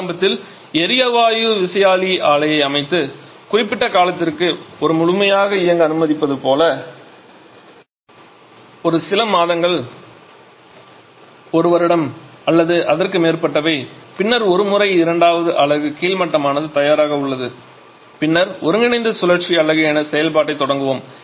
ஆரம்பத்தில் எரிவாயு விசையாழி ஆலையை அமைத்து குறிப்பிட்ட காலத்திற்கு ஒரு முழுமையாக இயங்க அனுமதிப்பது போல ஒரு சில மாதங்கள் ஒரு வருடம் அல்லது அதற்கு மேற்பட்டவை பின்னர் ஒரு முறை இரண்டாவது அலகு கீழ் மட்டமானது தயாராக உள்ளது பின்னர் ஒருங்கிணைந்த சுழற்சி அலகு என செயல்பாட்டைத் தொடங்குவோம்